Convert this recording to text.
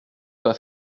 pas